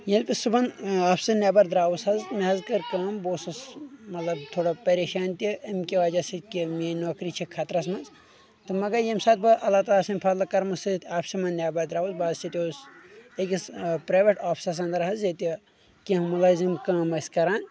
ییٚلہِ بہٕ صُبحن آفسہٕ نٮ۪بر درٛاوُس حظ مےٚ حظ کٔر کٲم بہٕ اوسُس مطلب تھوڑا پریشان تہِ امکہِ وجہہ سۭتۍ کہِ میٲنۍ نوکری چھِ خطرس منٛز تہٕ مگر ییٚمہِ ساتہٕ بہٕ اللہ تعالیٰ سٕنٛدِ فضلہٕ کرمہٕ سۭتۍ آفسہٕ منٛز نٮ۪بر درٛاوُس بہٕ حظ سٮ۪سیٚوس أکِس پریویٹ آفسس انٛدر حظ ییٚتہِ کینٛہہ مُلٲزم کٲم ٲسۍ کران